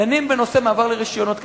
דנים בנושא מעבר לרשיונות,